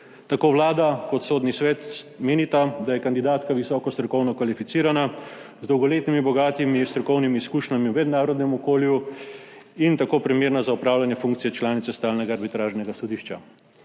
Tako Vlada kot Sodni svet menita, da je kandidatka visoko strokovno kvalificirana, z dolgoletnimi bogatimi strokovnimi izkušnjami v mednarodnem okolju in tako primerna za opravljanje funkcije članice Stalnega arbitražnega sodišča.